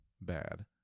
bad